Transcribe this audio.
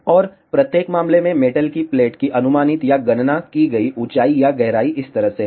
और प्रत्येक मामले में मेटल की प्लेट की अनुमानित या गणना की गई ऊंचाई या गहराई इस तरह है